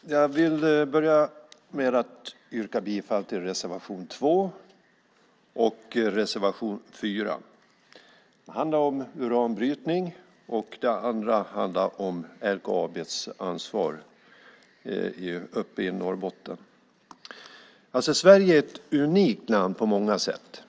Jag vill börja med att yrka bifall till reservationerna 2 och 4. Den första handlar om uranbrytning, och den andra handlar om LKAB:s ansvar uppe i Norrbotten. Sverige är ett unikt land på många sätt.